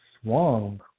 swung